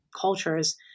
cultures